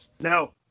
No